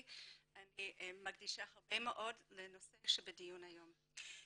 אני מקדישה הרבה מאוד לנושא שבדיון היום.